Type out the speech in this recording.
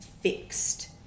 fixed